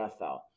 NFL